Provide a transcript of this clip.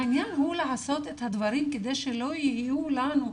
העניין הוא לעשות את הדברים כדי שלא יהיו לנו מקרים,